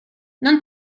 non